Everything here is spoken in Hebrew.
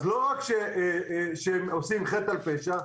אז לא רק שהם עושים חטא על פשע,